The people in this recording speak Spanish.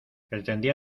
pretendía